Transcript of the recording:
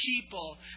people